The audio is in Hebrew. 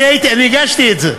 אני הגשתי את זה,